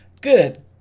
good